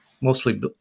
mostly